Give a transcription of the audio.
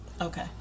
Okay